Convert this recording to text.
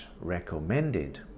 recommended